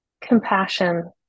Compassion